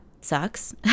sucks